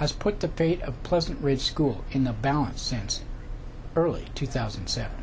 has put the pate of pleasant ridge school in the balance since early two thousand and seven